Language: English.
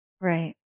Right